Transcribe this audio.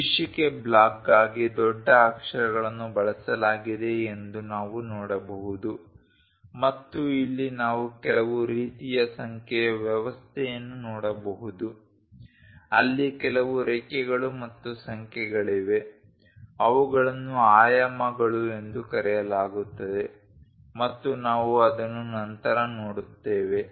ಶೀರ್ಷಿಕೆ ಬ್ಲಾಕ್ಗಾಗಿ ದೊಡ್ಡ ಅಕ್ಷರಗಳನ್ನು ಬಳಸಲಾಗಿದೆಯೆಂದು ನಾವು ನೋಡಬಹುದು ಮತ್ತು ಇಲ್ಲಿ ನಾವು ಕೆಲವು ರೀತಿಯ ಸಂಖ್ಯೆಯ ವ್ಯವಸ್ಥೆಯನ್ನು ನೋಡಬಹುದು ಅಲ್ಲಿ ಕೆಲವು ರೇಖೆಗಳು ಮತ್ತು ಸಂಖ್ಯೆಗಳಿವೆ ಅವುಗಳನ್ನು ಆಯಾಮಗಳು ಎಂದು ಕರೆಯಲಾಗುತ್ತದೆ ಮತ್ತು ನಾವು ಅದನ್ನು ನಂತರ ನೋಡುತ್ತೇವೆ